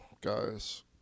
guys